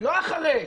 לא אחרי.